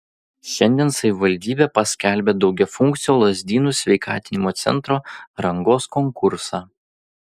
šiandien savivaldybė paskelbė daugiafunkcio lazdynų sveikatinimo centro rangos konkursą